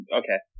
okay